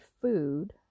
food